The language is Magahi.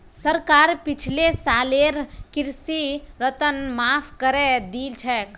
सरकार पिछले सालेर कृषि ऋण माफ़ करे दिल छेक